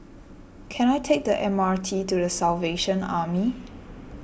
can I take the M R T to the Salvation Army